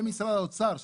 ומשרד האוצר.